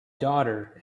daughter